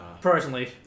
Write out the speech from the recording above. personally